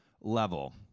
level